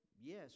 yes